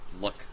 look